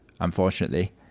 unfortunately